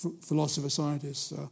philosopher-scientists